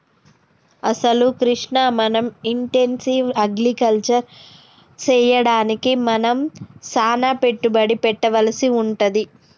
అసలు కృష్ణ మనం intensive agriculture సెయ్యడానికి మనం సానా పెట్టుబడి పెట్టవలసి వుంటది